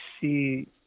see –